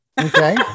Okay